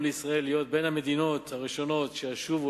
לישראל להיות בין המדינות הראשונות שישובו,